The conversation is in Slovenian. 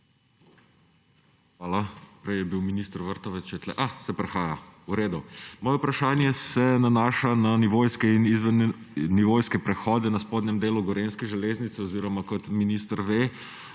Hvala. Prej je bil minister Vrtovec še tukaj … Prihaja. V redu. Moje vprašanje se nanaša na nivojske in izvennivojske prehode na spodnjem delu gorenjske železnice oziroma kot minister ve,